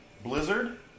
Blizzard